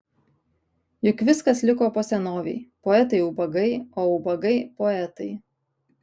juk viskas liko po senovei poetai ubagai o ubagai poetai